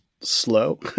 slow